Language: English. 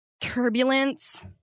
Turbulence